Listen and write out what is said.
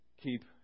keep